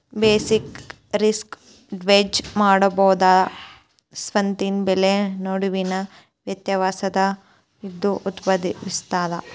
basic risk hedge ಮಾಡಬೇಕಾದ ಸ್ವತ್ತಿನ ಬೆಲೆ ನಡುವಿನ ವ್ಯತ್ಯಾಸದಿಂದ ಇದು ಉದ್ಭವಿಸ್ತದ